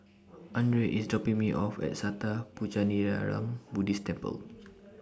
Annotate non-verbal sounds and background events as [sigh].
[noise] Andrae IS dropping Me off At Sattha Puchaniyaram Buddhist Temple